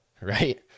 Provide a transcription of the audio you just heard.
right